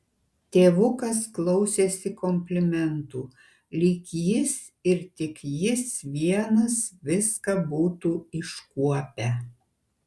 tėvukas klausėsi komplimentų lyg jis ir tik jis vienas viską būtų iškuopę